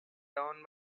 down